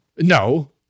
no